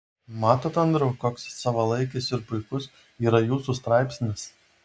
matot andriau koks savalaikis ir puikus yra jūsų straipsnis